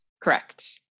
Correct